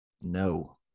No